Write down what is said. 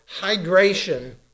hydration